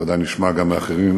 בוודאי נשמע גם מאחרים,